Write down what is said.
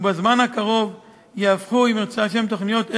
ובזמן הקרוב יהפכו תוכניות אלו,